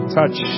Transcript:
Touch